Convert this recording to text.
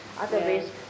Otherwise